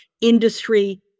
industry